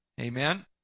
Amen